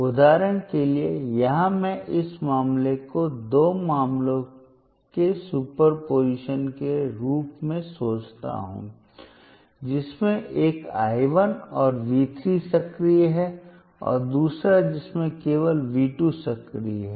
उदाहरण के लिए यहां मैं इस मामले को दो मामलों के सुपरपोजिशन के रूप में सोचता हूं जिसमें एक I 1 और V 3 सक्रिय हैं और दूसरा जिसमें केवल V 2 सक्रिय है